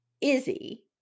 Izzy